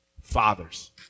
fathers